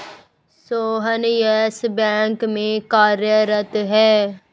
Sohan Yes Bank में कार्यरत है